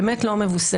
באמת לא מבוססת,